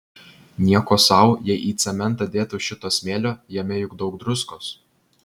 nieko sau jei į cementą dėtų šito smėlio jame juk daug druskos